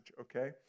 okay